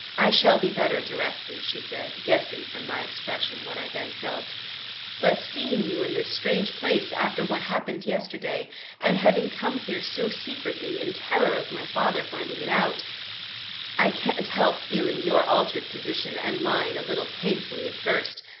i shall be better directly, she said, guessing from my expression what i then felt but, seeing you in this strange place, after what happened yesterday and having come here so secretly, in terror of my father finding it out i can't help feeling your altered position and mine a little painfully at first.